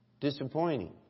Disappointing